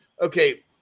okay